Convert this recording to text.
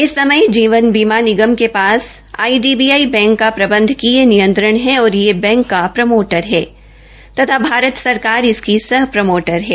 इस समय जीवन बीमा नगमर के पास आईडीबीआई का प्रबंधकीय नियंत्रण है और यह बैंक का प्रोमोटर है तथा भारत सरकार इसकी सह प्रोमोटर है